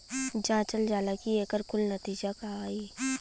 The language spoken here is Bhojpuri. जांचल जाला कि एकर कुल नतीजा का आई